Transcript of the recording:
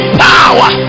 power